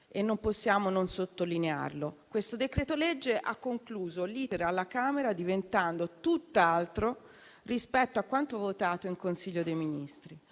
e non possiamo non sottolinearlo. Il decreto-legge in esame ha concluso l'*iter* alla Camera diventando tutt'altro rispetto a quanto votato in Consiglio dei Ministri: